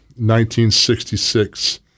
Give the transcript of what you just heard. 1966